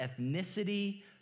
ethnicity